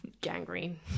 gangrene